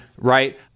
right